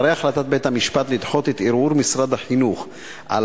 אחרי החלטת בית-המשפט לדחות את ערעור משרד החינוך על